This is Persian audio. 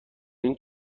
این